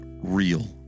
real